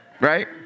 right